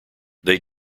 they